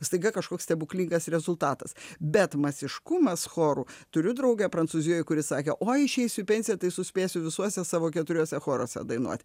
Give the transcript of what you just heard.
staiga kažkoks stebuklingas rezultatas bet masiškumas chorų turiu draugę prancūzijoj kuri sakė oi išeisiu į pensiją tai suspėsiu visuose savo keturiuose choruose dainuot